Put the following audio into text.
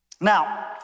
Now